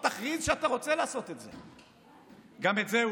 בספטמבר 2019, בספטמבר, עודד, את החוק הזה, הזה.